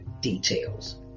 details